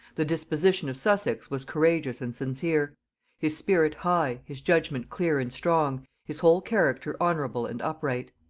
the disposition of sussex was courageous and sincere his spirit high, his judgement clear and strong, his whole character honorable and upright.